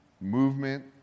movement